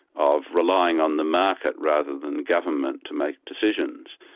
of relying on the market rather than government to make decisions.